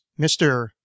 Mr